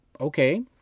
okay